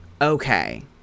Okay